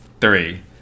three